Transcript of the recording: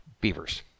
beavers